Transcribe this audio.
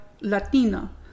latina